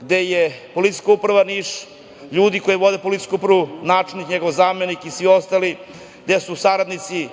gde je Policijska uprava Niš, ljudi koji vode Policijsku upravu, načelnik, njegov zamenik i svi ostali, gde su saradnici